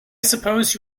suppose